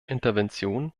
intervention